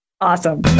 Awesome